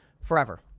forever